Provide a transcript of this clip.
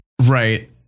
right